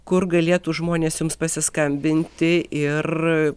kur galėtų žmonės jums pasiskambinti ir